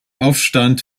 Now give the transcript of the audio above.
aufstand